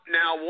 now